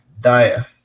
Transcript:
Daya